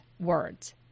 words